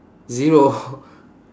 zero